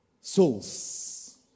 souls